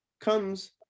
comes